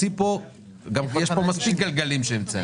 יש פה מספיק גלגלים שהמצאנו.